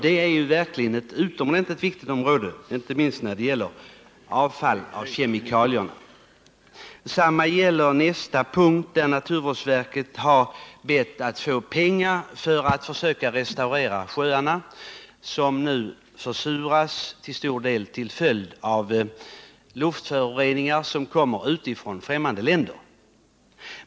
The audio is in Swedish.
Detta är verkligen ett utomordentligt viktigt område, inte minst med tanke på kemikalieavfallen. Detsamma gäller nästa punkt. Den behandlar naturvårdsverkets äskanden om pengar för att försöka restaurera sjöarna, som nu försuras till stor del till följd av luftföroreningar som förs hit ifrån främmande länder.